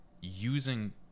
using